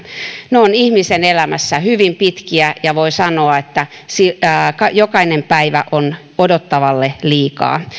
ne ovat ihmisen elämässä hyvin pitkiä aikoja ja voi sanoa että jokainen päivä on odottavalle liikaa